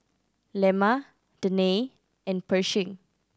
Lemma Danae and Pershing